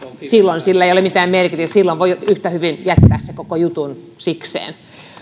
silloin sillä ei ole mitään merkitystä silloin voi yhtä hyvin jättää sen koko jutun sikseen